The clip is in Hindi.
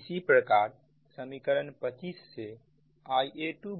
इसी प्रकार समीकरण 25 से Ia2